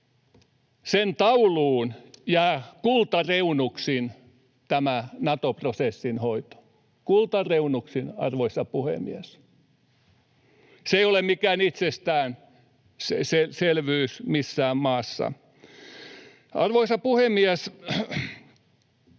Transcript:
sen tauluun jää kultareunuksin tämä Nato-prosessin hoito — kultareunuksin, arvoisa puhemies. Se ei ole mikään itsestään selvyys missään maassa. Arvoisa puhemies!